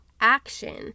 action